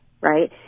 right